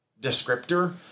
descriptor